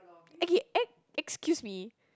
okay e~ excuse me